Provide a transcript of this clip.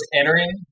entering